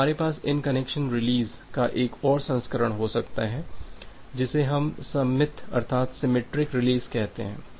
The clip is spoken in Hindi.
अब हमारे पास इन कनेक्शन रिलीज़ का एक और संस्करण हो सकता है जिसे हम सममित अर्थात सिमेट्रिक रिलीज़ कहते हैं